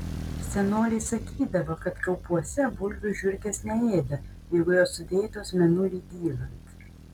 senoliai sakydavo kad kaupuose bulvių žiurkės neėda jeigu jos sudėtos mėnuliui dylant